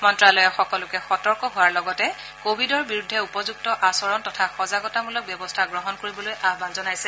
মন্ত্যালয়ে সকলোকে সতৰ্ক হোৱাৰ লগতে কোৱিডৰ বিৰুদ্ধে উপযুক্ত আচৰণ তথা সজাগতামূলক ব্যৱস্থা গ্ৰহণ কৰিবলৈ আহান জনাইছে